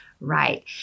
right